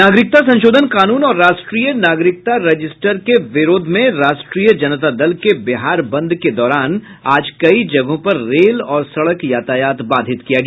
नागरिकता संशोधन कानून और राष्ट्रीय नागरिकता रजिस्टर के विरोध में राष्ट्रीय जनता दल के बिहार बंद के दौरान आज कई जगहों पर रेल और सड़क यातायात बाधित किया गया